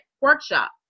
Workshop